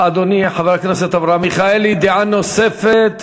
אדוני, חבר הכנסת אברהם מיכאלי, דעה נוספת.